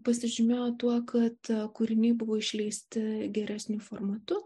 pasižymėjo tuo kad kūriniai buvo išleisti geresniu formatu